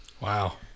Wow